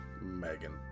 Megan